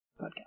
podcast